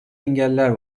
engeller